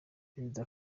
perezida